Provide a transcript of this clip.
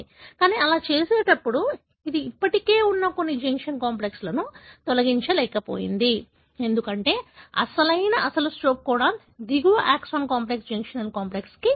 కానీ అలా చేస్తున్నప్పుడు ఇది ఇప్పటికీ ఉన్న కొన్ని జంక్షన్ కాంప్లెక్స్ని తొలగించలేకపోయింది ఎందుకంటే అసలైన అసలు స్టాప్ కోడాన్ దిగువ ఎక్సాన్ కాంప్లెక్స్ జంక్షనల్ కాంప్లెక్స్కి దిగువన ఉంది